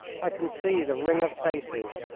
i can see the ring of faces,